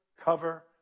cover